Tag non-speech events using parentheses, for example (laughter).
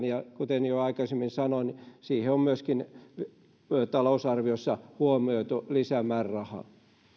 (unintelligible) ja kuten jo aikaisemmin sanoin siihen on myöskin talousarviossa huomioitu lisämääräraha